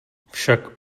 však